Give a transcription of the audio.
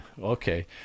Okay